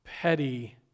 petty